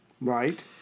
Right